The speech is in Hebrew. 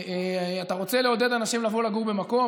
אתה רוצה לעודד אנשים לבוא לגור במקום,